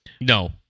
No